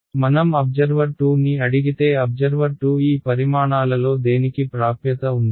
కాబట్టి మనం అబ్జర్వర్ 2 ని అడిగితే అబ్జర్వర్ 2 ఈ పరిమాణాలలో దేనికి ప్రాప్యత ఉంది